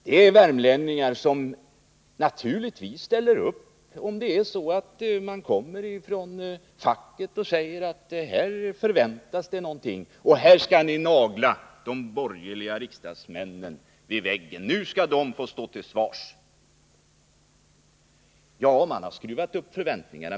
Det är värmlänningar som naturligtvis ställer upp, om man kommer från facket och säger att detta förväntas av er och här skall ni nagla de borgerliga riksdagsmännen vid väggen, för nu skall de få stå till svars. Man har verkligen skruvat upp förväntningarna.